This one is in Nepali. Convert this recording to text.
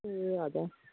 ए हजुर